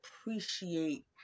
appreciate